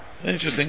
Interesting